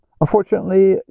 Unfortunately